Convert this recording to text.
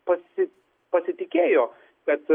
pasi pasitikėjo kad